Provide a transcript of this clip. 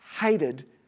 hated